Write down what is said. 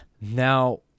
Now